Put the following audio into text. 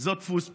זה דפוס פעולה.